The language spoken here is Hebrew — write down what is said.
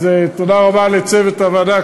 אז תודה רבה לצוות הוועדה,